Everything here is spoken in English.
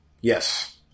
Yes